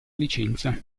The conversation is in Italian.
licenza